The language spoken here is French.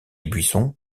buissons